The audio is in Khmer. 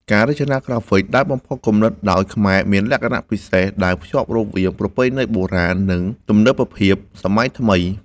ការរចនាក្រាហ្វិកដែលបំផុសគំនិតដោយខ្មែរមានលក្ខណៈពិសេសដែលភ្ជាប់រវាងប្រពៃណីបុរាណ និងទំនើបភាពសម័យថ្មី